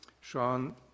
Sean